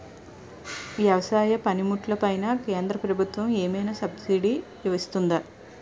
వ్యవసాయ పనిముట్లు పైన కేంద్రప్రభుత్వం ఏమైనా సబ్సిడీ ఇస్తుందా?